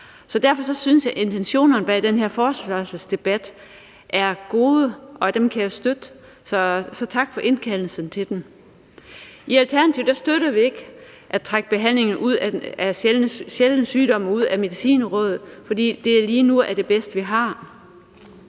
Derfor synes jeg, intentionerne bag den her forespørgselsdebat er gode, og jeg kan støtte dem. Så tak for indkaldelsen til den. I Alternativet støtter vi ikke at trække behandlingen af sjældne sygdom ud af Medicinrådet, for det er lige nu det bedste, vi har.